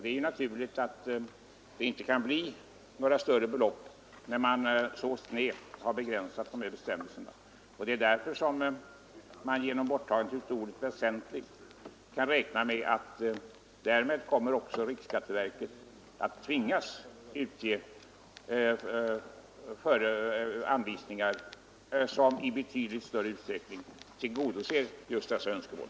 Det är naturligt att det inte kan bli några större avdragsbelopp, när man så snävt har begränsat dessa bestämmelser. Det är därför som man genom borttagandet av ordet ”väsentligen” kan räkna med att riksskatteverket kommer att tvingas utge anvisningar som i betydligt större utsträckning tillgodoser dessa önskemål.